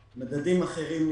נקבעו מדדים אחרים.